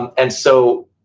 and and so,